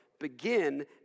begin